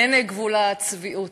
אין גבול לצביעות.